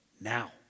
now